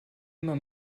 immer